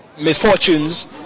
misfortunes